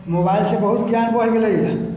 मोबाइलसँ बहुत ज्ञान बढ़ि गेलैए